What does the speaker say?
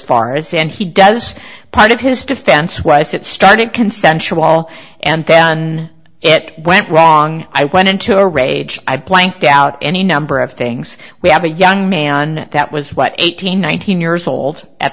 far as and he does part of his defense was it started consensual and then and it went wrong i went into a rage i blanked out any number of things we have a young man that was what eighteen nineteen years old at